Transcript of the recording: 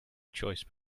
choice